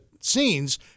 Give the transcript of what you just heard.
scenes